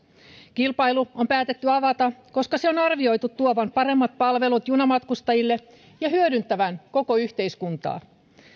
kilpailu on päätetty avata koska sen on arvioitu tuovan paremmat palvelut junamatkustajille ja hyödyttävän koko yhteiskuntaa